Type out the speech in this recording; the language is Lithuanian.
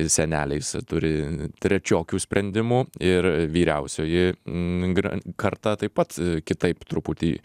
seneliais turi trečiokių sprendimų ir vyriausioji n karta taip pat kitaip truputį